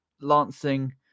Lancing